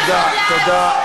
תודה, תודה.